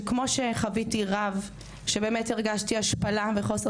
שכמו שחוויתי רב שבאמת הרגשתי השפלה וחוסר